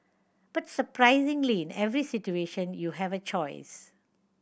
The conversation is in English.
but surprisingly in every situation you have a choice